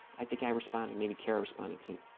i think i respond to maybe care responded to